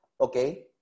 Okay